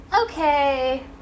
okay